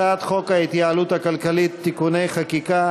הצעת חוק ההתייעלות הכלכלית (תיקוני חקיקה